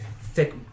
thick